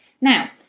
Now